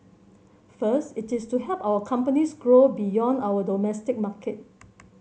first it is to help our companies grow beyond our domestic market